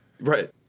right